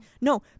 No